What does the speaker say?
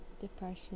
depression